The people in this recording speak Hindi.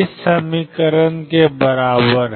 ∫iddxψ dx है